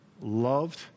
loved